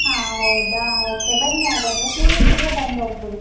ಹಾಂ ಹೌದಾ ಓಕೆ ಬನ್ನಿ ಹಾಗಾದರೆ ಕ್ಲಿನಿಕ್ಕಿಗೆ ಬಂದು ಹೋಗ್ಬಿಡಿ